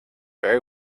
very